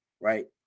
right